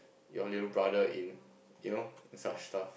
your little brother in you know such stuff